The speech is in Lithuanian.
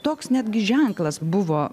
toks netgi ženklas buvo